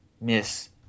miss